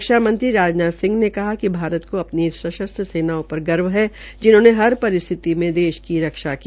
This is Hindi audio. रक्षामंत्री राजनाथ सिह ने कहा कि भारत को अपनी सशस्त्र सेनाओं पर गर्व है जिन्होंने हर परिस्थिति में देश की रक्षा की